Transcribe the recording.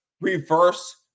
reverse